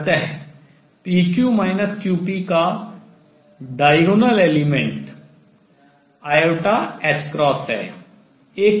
अत का diagonal element विकर्ण अवयव i है